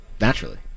Naturally